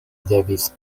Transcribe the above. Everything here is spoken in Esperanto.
devis